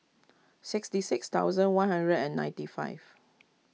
sixty six thousand one hundred and ninety five